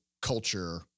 culture